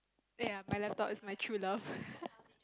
ya my laptop is my true love